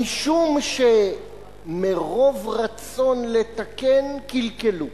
משום שמרוב רצון לתקן, קלקלו,